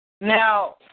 Now